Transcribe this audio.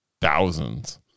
thousands